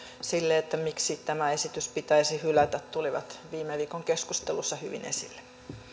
sille miksi tämä esitys pitäisi hylätä tulivat viime viikon keskustelussa hyvin esille